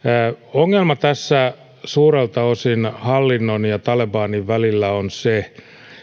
ongelma tässä suurelta osin hallinnon ja talebanin välillä on se